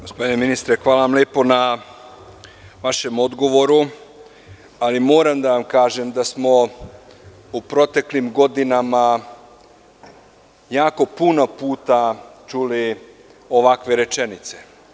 Gospodine ministre, hvala vam na vašem odgovoru, ali moram da vam kažem da smo u proteklim godinama jako puno puta čuli ovakve rečenica.